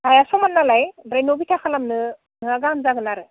हाया समान नालाय ओमफ्राय न' बिथा खालामनो नोंहा गाहाम जागोन आरो